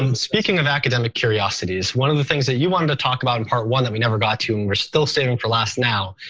um speaking of academic curiosities, one of the things that you wanted to talk about in part one that we never got to, and we're still saving for last now,